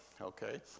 okay